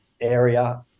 area